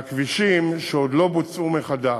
מהכבישים שעוד לא בוצעו מחדש.